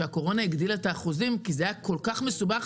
שהקורונה הגדילה את האחוזים כי זה היה כל כך מסובך,